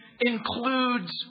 includes